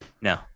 No